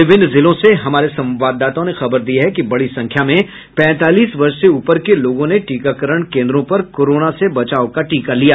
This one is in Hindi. विभिन्न जिलों से हमारे संवाददाताओं ने खबर दी है कि बड़ी संख्या में पैतालीस वर्ष से ऊपर के लोगों ने टीकाकरण केन्द्रों पर कोरोना से बचाव का टीका लिया